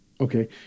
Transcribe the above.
Okay